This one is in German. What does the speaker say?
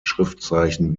schriftzeichen